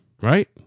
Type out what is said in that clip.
right